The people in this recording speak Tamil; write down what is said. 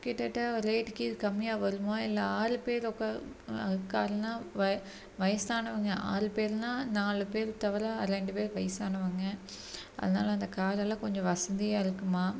கிட்டதட்ட ஒரு ரேட்டுக்கு இது கம்மியா வருமா இல்ல ஆறு பேர் உட்கா காருன்னா வ வயசானவங்க ஆறு பேருன்னா நாலு பேர் தவிர அதில் இரண்டு பேரு வயசானவங்க அதனால அந்த காரெல்லாம் கொஞ்சம் வசதியா இருக்குமா